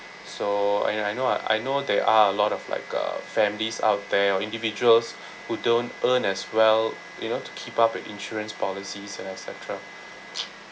so I know I know uh I know there are a lot of like uh families out there or individuals who don't earn as well you know to keep up with insurance policies and etcetera